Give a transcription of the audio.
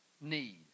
need